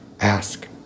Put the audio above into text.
ask